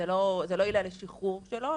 זה לא עילה לשחרור שלו,